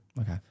Okay